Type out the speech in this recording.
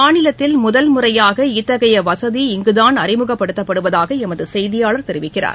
மாநிலத்தில் முதல் முறையாக இத்தகைய வசதி இங்குதான் அறிமுகப்படுத்தப்படுவதாக எமது செய்தியாளர் கெரிவிக்கிறார்